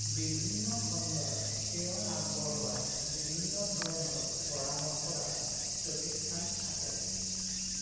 বিভিন্ন খণ্ডত সেৱা আগবঢ়োৱা বিভিন্ন ধৰণৰ পৰামৰ্শদাতা প্ৰতিষ্ঠান আছে